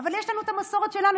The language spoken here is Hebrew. אבל יש לנו המסורת שלנו,